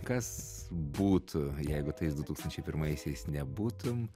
kas būtų jeigu tais du tūkstančiai pirmaisiais nebūtum